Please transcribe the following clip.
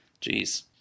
Jeez